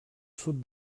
sud